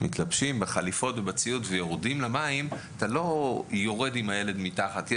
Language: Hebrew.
אלא קודם עושים התרגלות על פני המים ורק אחרי שהילד מסמן שהוא